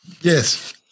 Yes